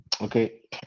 Okay